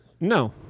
No